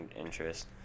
interest